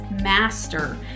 Master